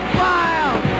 wild